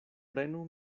prenu